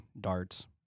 darts